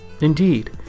Indeed